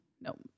no